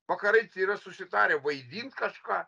vakarai tai yra susitarę vaidint kažką